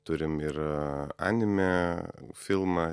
turim ir anime filmą